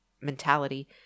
mentality